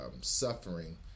suffering